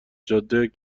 جاده